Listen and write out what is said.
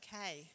okay